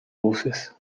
buses